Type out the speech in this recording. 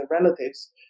relatives